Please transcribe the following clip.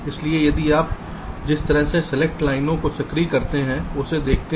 इसलिए यदि आप जिस तरह से सेलेक्ट लाइनों को सक्रिय करते हैं उसे देखते हैं